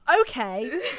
okay